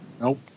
Nope